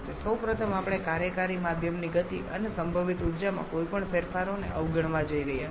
સૌપ્રથમ આપણે કાર્યકારી માધ્યમની ગતિ અને સંભવિત ઊર્જામાં કોઈપણ ફેરફારોને અવગણવા જઈ રહ્યા છીએ